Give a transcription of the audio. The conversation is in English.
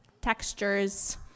Textures